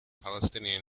palestinian